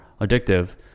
addictive